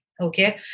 Okay